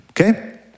okay